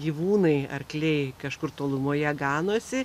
gyvūnai arkliai kažkur tolumoje ganosi